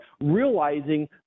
realizing